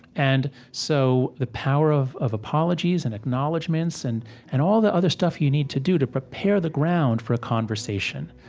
and so the power of of apologies and acknowledgements and and all the other stuff you need to do to prepare the ground for a conversation,